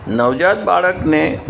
નવજાત બાળકને